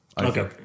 okay